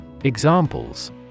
Examples